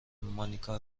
مانیکا